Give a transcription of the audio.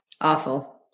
Awful